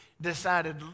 decided